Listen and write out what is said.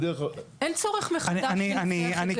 אין צורך מחדש לנסח את זה.